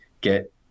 get